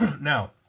Now